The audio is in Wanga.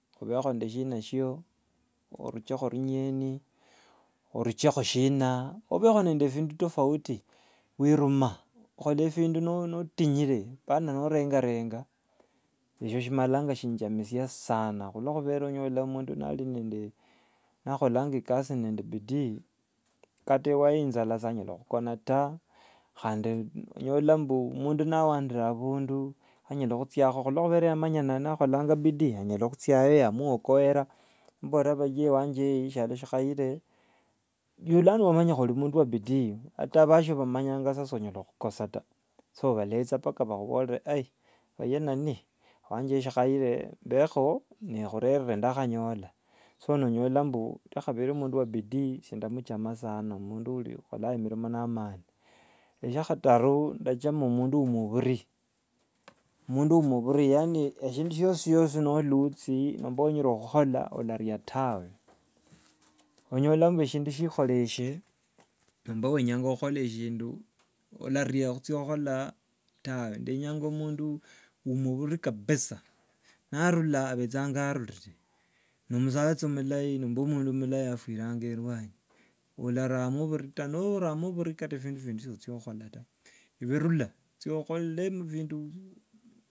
Obekho nende shina shyoo, oruchekho runyeni, oruchekho shina, obekho nende bindu tofauti, wirume, khola bindu notinyire apana norengarenga, eshyo shimalanga shinjamishinja sana. Khulokhubera mundu nari nende, nakholanga ikasi nende bidii kata waye injala sanyala khukona ta, khandi onyola mbu mundu nawandire abundu anyakhuchyakho khulokhuba yamanya nani akholanga bidii anyala khuchya- o yamuokoera, omuborera baye wanje eyi shyalo shikhaire yu- eww wamanyika ori mundu wa bidii ata bhasio bamanyanga sa sonyala khukosia ta! Balecha mpaka bakhuborere baye nani wanje shikhaire, mbekho nekhurere ndakhanyola. So onyola mbu mundu wa bidii esye ndamuchama sana. Mundu akholanga mirimo na amaani. Shya khataru ndachama mundu wo omubuuri, mundu wo omubuuri, yaani eshindu syosi syosi noluthi newenyere okhukhola olaria tawe! Nenyanga mundu omubuuri kabisa, narula abechanga arurire, no omusacha milayi nomba mundu mulayi afwiranga erwanyi. Olaramo bhuri ta! Noramo bhuri hata bindu bhindi shyochokhukhola ta! Ewe rula cho khole mu- bindu.